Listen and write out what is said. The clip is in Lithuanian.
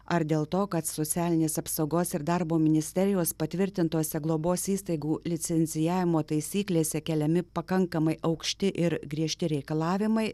ar dėl to kad socialinės apsaugos ir darbo ministerijos patvirtintose globos įstaigų licencijavimo taisyklėse keliami pakankamai aukšti ir griežti reikalavimai